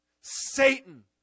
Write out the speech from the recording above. satan